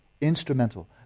Instrumental